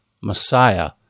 Messiah